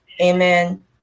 Amen